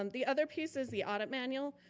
um the other piece is the audit manual,